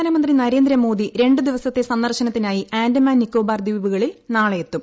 പ്രധാനമന്ത്രി നരേന്ദ്രമോദി രണ്ടു ദിവസത്തെ സന്ദർശനത്തിനായി ആൻഡമാൻ നിക്കോബാർ ദ്വീപുകളിൽ നാളെ എത്തും